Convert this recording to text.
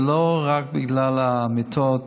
זה לא רק בגלל המיטות,